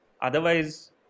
Otherwise